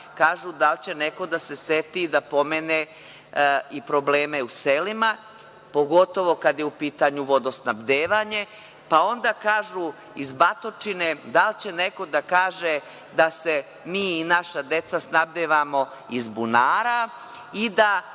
Kažu- da li će neko da se seti da i probleme u selima, pogotovo kada je u pitanju vodosnabdevanje. Pa, onda kažu iz Batočine - da li će neko da kaže da se mi i naša deca snabdevamo iz bunara i da